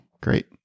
Great